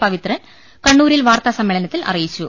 പവിത്രൻ കണ്ണൂരിൽ വാർത്താ സമ്മേളനത്തിൽ അറിയിച്ചു